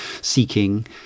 seeking